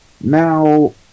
Now